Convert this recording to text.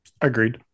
Agreed